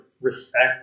Respect